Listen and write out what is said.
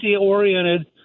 oriented